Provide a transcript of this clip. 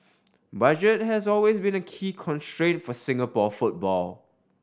budget has always been a key constraint for Singapore football